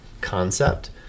concept